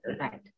Right